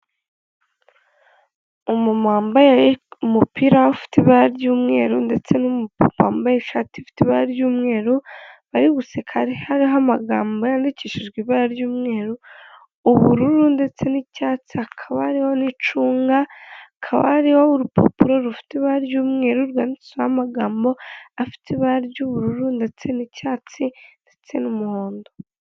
Umumama wambaye umupira ufite ibara ry'umweru, ndetse n'umupapa wambaye ishati ifite ibara ry'umweru bari guseka hariho amagambo yandikishijwe ibara ry'umweru, ubururu ndetse n'icyatsi hakaba hariho n'icunga, hakaba hariho urupapuro rufite ibara ry'umweru rwanditsweho amagambogambo afite ibara ry'ubururu, ndetse n'icyatsi, ndetse n'umuhondo.